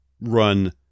run